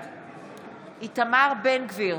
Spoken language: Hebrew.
בעד איתמר בן גביר,